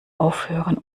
aufhören